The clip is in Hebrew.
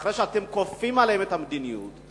ואחרי שאתם כופים עליהם את המדיניות,